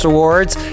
Awards